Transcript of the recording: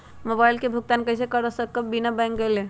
Mobile के भुगतान कईसे कर सकब बिना बैंक गईले?